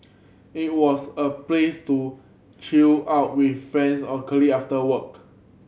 it was a place to chill out with friends or colleague after work